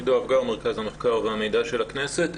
אנחנו,